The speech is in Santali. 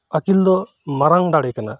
ᱟᱹᱠᱤᱞᱫᱚ ᱢᱟᱨᱟᱝ ᱫᱟᱲᱮ ᱠᱟᱱᱟ